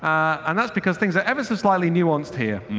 and that's because things are ever so slightly nuanced here.